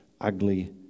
ugly